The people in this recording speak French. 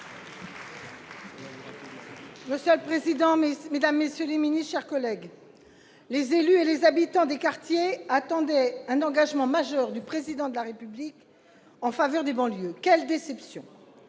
Monsieur le président, mesdames, messieurs les ministres, mes chers collègues, les élus et les habitants des quartiers attendaient un engagement majeur du Président de la République en faveur des banlieues. Quelle déception !